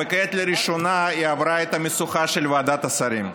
וכעת היא עברה לראשונה את המשוכה של ועדת השרים.